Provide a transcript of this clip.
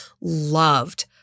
loved